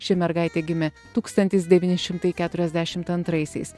ši mergaitė gimė tūkstanis devyni šimtai keturiasdešimt antraisiais